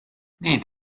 need